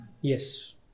Yes